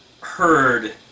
heard